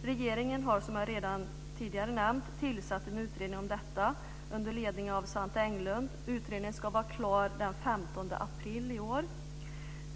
Regeringen har, som jag tidigare har nämnt, tillsatt en utredning om detta under ledning av Svante Englund. Utredningen ska vara klar den 15 april i år.